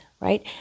right